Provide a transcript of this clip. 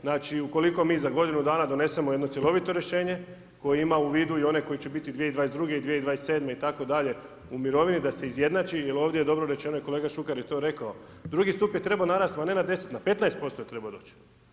Znači, ukoliko mi za godinu dana donesemo jedno cjelovito rješenje koje ima u vidu i one koje će biti 2022. i 2027. itd. u mirovini da se izjednači jer ovdje je dobro rečeno i kolega Šuker je to rekao, drugi stup je trebao narasti ma ne na 10, na 15% je trebao doći.